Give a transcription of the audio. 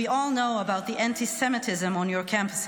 we all know about the antisemitism on your campuses.